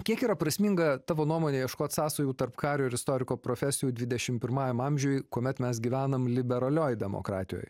kiek yra prasminga tavo nuomone ieškot sąsajų tarp kario ir istoriko profesijų dvidešimt pirmajam amžiuj kuomet mes gyvenam liberalioj demokratijoj